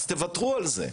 אז ותרו על זה.